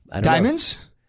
Diamonds